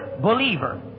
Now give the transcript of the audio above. believer